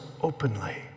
openly